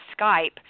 Skype